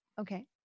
Okay